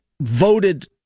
voted